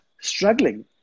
struggling